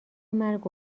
مرگ